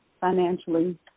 financially